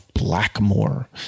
Blackmore